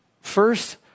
first